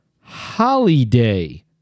Holiday